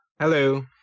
Hello